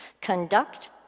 conduct